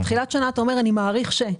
בתחילת שנה אתה אומר שאתה מעריך.